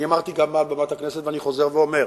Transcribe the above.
אני אמרתי גם מעל בימת הכנסת, ואני חוזר ואומר,